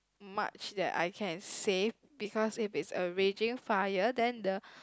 much that I can save because if it's a raging fire then the